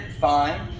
fine